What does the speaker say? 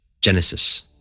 Genesis